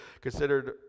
considered